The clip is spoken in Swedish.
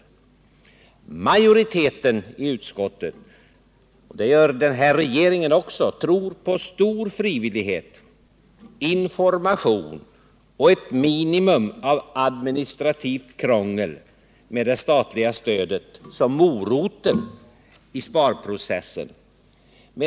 Utskottsmajoriteten tror mycket på frivillighet — och det gör den nuvarande regeringen också — information och ett minimum av administrativt krångel med det statliga stödet som moroten i sparprocessen.